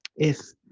if